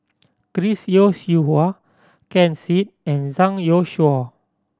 Chris Yeo Siew Hua Ken Seet and Zhang Youshuo